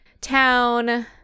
town